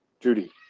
Judy